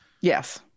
yes